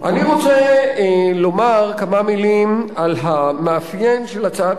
אני רוצה לומר כמה מלים על המאפיין של הצעת